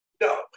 No